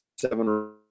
seven